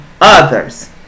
others